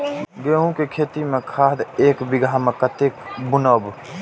गेंहू के खेती में खाद ऐक बीघा में कते बुनब?